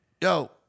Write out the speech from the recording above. Yo